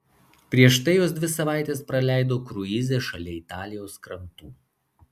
prieš tai jos dvi savaites praleido kruize šalia italijos krantų